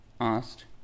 asked